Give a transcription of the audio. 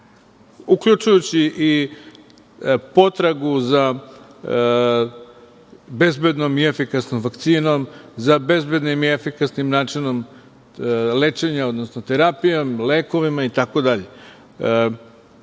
uključujući i potragu za bezbednom i efikasnom vakcinom, za bezbednim i efikasnim načinom lečenja, odnosno terapijom, lekovima, i